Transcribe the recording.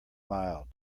mild